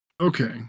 Okay